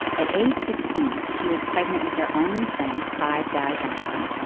at age sixteen, she was pregnant with her only son, clyde. guy johnson,